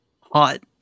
Hot